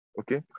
okay